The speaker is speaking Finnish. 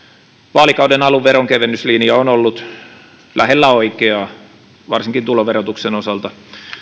vaalikauden alun veronkevennyslinja on ollut lähellä oikeaa varsinkin tuloverotuksen osalta